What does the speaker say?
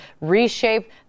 reshape